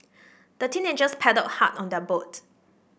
the teenagers paddled hard on their boat